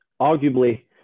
arguably